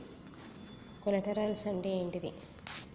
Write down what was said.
Collaterals అంటే ఏంటిది?